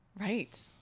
Right